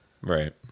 Right